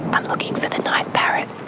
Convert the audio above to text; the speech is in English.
i'm looking for the night parrot.